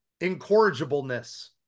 incorrigibleness